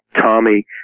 Tommy